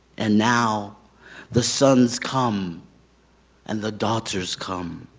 and now the sons come and the daughters come.